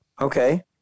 Okay